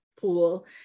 pool